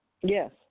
Yes